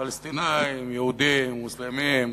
פלסטינים, יהודים, מוסלמים,